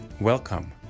welcome